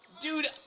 Dude